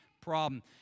problem